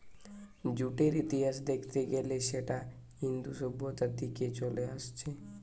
জুটের ইতিহাস দেখত গ্যালে সেটা ইন্দু সভ্যতা থিকে চলে আসছে